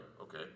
okay